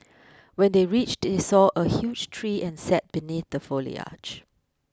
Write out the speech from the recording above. when they reached they saw a huge tree and sat beneath the foliage